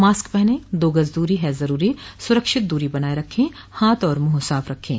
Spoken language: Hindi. मास्क पहनें दो गज़ दूरी है ज़रूरी सुरक्षित दूरी बनाए रखें हाथ और मुंह साफ़ रखें